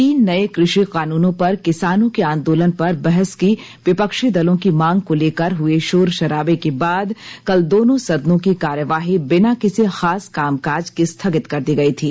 तीन नए कृषि कानूनों पर किसानों के आंदोलन पर बहस की विपक्षी दलों की मांग को लेकर हुए शोर शराबे के बाद कल दोनों सदनों की कार्यवाही बिना किसी खास कामकाज के स्थगित कर दी गई थी